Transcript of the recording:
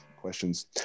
questions